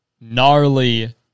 gnarly